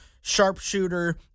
sharpshooter